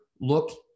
look